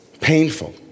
painful